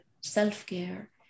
Self-care